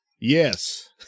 Yes